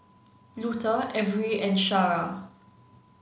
Luther Averi and Shara